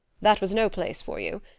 that was no place for you.